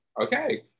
okay